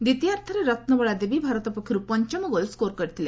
ଦ୍ୱିତୀୟାର୍ଦ୍ଧରେ ରତ୍ନବାଳା ଦେବୀ ଭାରତ ପକ୍ଷରୁ ପଞ୍ଚମ goal score କରିଥିଲେ